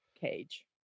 Cage